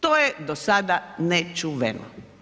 To je do sada nečuveno.